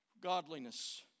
godliness